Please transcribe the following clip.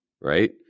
right